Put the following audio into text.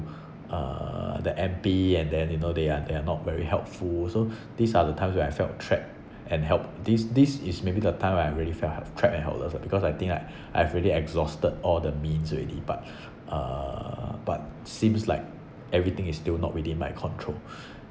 uh the M_P and then you know they are they are not very helpful so these are the times where I felt trapped and help~ this this is maybe the time when I'm really felt h~ trapped and helpless lah because I think I I've already exhausted all the means already but uh but seems like everything is still not within my control